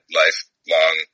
lifelong